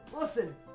Listen